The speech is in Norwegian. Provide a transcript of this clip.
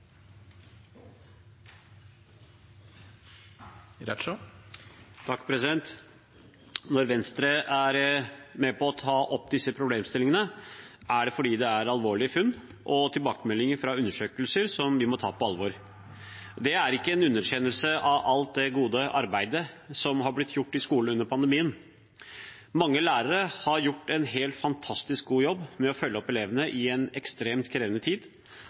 med på å ta opp disse problemstillingene, er det fordi det er alvorlige funn og tilbakemeldinger fra undersøkelser som vi må ta på alvor. Det er ikke en underkjennelse av alt det gode arbeidet som har blitt gjort i skolen under pandemien. Mange lærere har gjort en helt fantastisk god jobb med å følge opp elevene i en ekstremt krevende tid,